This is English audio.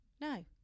no